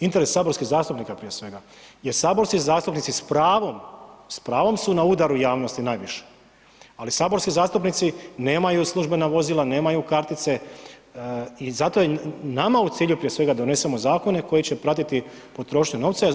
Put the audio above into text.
Interes saborskih zastupnika prije svega jer saborski zastupnici s pravom, s pravom su na udaru javnosti najviše, ali saborski zastupnici nemaju službena vozila, nemaju kartice i zato je nama u cilju, prije svega da donesemo zakone koji će pratiti potrošnju novca.